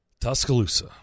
Tuscaloosa